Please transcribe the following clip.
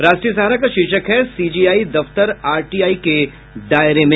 राष्ट्रीय सहारा का शीर्षक है सीजेआई दफ्तर आरटीआई के दायरे में